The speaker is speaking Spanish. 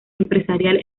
empresarial